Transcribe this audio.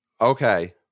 okay